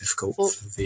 difficult